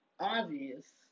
obvious